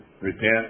repent